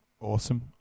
Awesome